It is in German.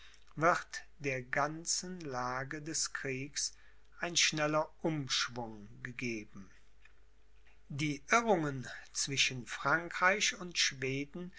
wird der ganzen lage des kriegs ein schneller umschwung gegeben die irrungen zwischen frankreich und schweden